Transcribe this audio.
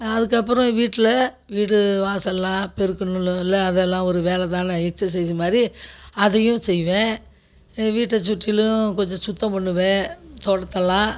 அதுக்கப்புறோம் வீட்டில் வீடு வாசல்லாம் பெருக்கனுல்ல அதெல்லாம் ஒரு வேலை தானே எக்சசைஸ் மாதிரி அதையும் செய்வேன் வீட்டை சுற்றிலும் கொஞ்சோம் சுத்தம் பண்ணுவேன் தோட்டத்தலாம்